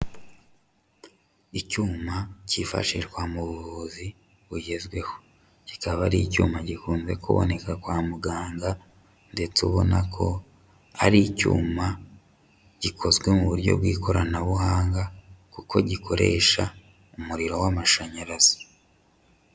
Icyuma cyifashishwa mu buvuzi bugezweho, kikaba ari icyuma gikunze kuboneka kwa muganga ndetse ubona ko ari icyuma gikozwe mu buryo bw'ikoranabuhanga kuko gikoresha umuriro w'amashanyarazi.